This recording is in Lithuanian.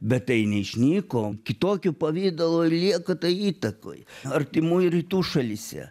bet tai neišnyko kitokiu pavidalu lieka tai įtakoj artimųjų rytų šalyse